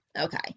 Okay